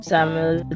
Samuel